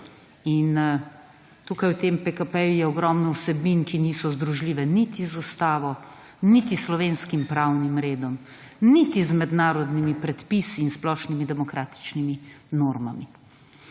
In tukaj v tem PKP je ogromno vsebin, ki niso združljive niti z Ustavo, niti s slovenskim pravnim redom, niti z mednarodnimi predpisi in splošnimi demokratičnimi normami.